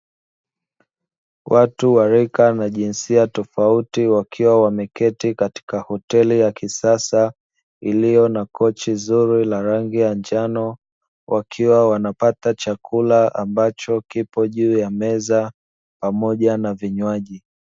Watu wa rika na jinsia tofauti wakiwa wameketi katika hoteli ya kisasa iliyo na kochi zuri la rangi ya njano, wakiwa wanapata chakula ambacho kipo juu ya meza pamoja na vinywaji.